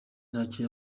ntacyo